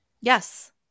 Yes